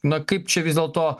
na kaip čia vis dėlto